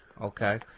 Okay